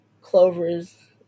clovers